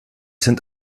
sind